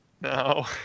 No